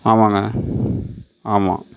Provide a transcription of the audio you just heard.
ஆமாம்ங்க ஆமாம்